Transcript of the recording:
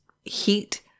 heat